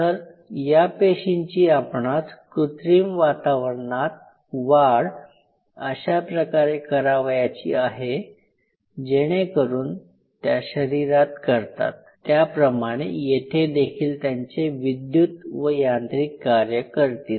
तर या पेशींची आपणास कृत्रिम वातावरणात वाढ अशा प्रकारे करावयाची आहे जेणेकरून त्या शरीरात करतात त्याप्रमाणे येथे देखील त्यांचे विद्युत व यांत्रिक कार्य करतील